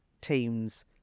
teams